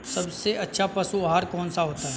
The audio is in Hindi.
सबसे अच्छा पशु आहार कौन सा होता है?